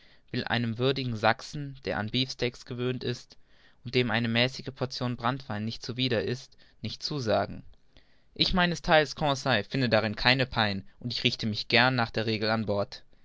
will einem würdigen sachsen der an beefsteaks gewöhnt und dem eine mäßige portion branntwein nicht zuwider ist nicht zusagen ich meines theils conseil finde darin keine pein und ich richte mich gern nach der regel an bord